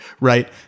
right